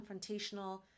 confrontational